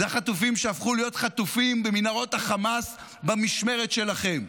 החטופים שהפכו להיות חטופים במנהרות חמאס במשמרת שלכם.